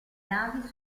navi